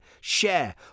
Share